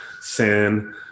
sin